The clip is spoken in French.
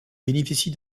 bénéficie